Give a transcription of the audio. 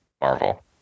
Marvel